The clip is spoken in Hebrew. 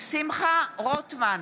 שמחה רוטמן,